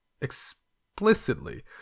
explicitly